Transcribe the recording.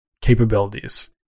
capabilities